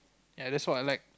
ya that's what I like